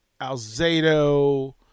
Alzado